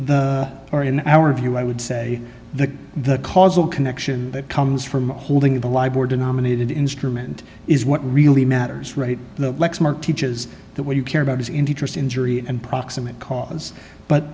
or in our view i would say that the causal connection that comes from holding the library denominated instrument is what really matters right lexmark teaches that what you care about is interest injury and proximate cause but